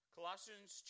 Colossians